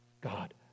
God